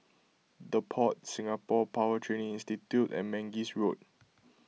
the Pod Singapore Power Training Institute and Mangis Road